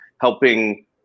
helping